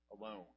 alone